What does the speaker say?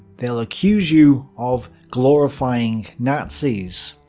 they'll accuse you of glorifying nazis.